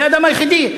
זה הדם היחידי.